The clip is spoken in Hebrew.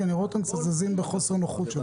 אני רואה אותם זזים קצת בחוסר נוחות שם.